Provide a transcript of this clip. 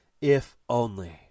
if-only